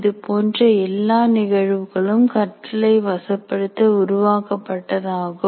இதுபோன்ற எல்லா நிகழ்வுகளும் கற்றலை வசப்படுத்த உருவாக்கப்பட்டதாகும்